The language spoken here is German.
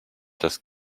das